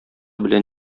белән